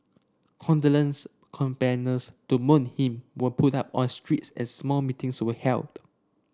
condolence banners to mourn him were put up on streets and small meetings were held